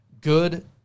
good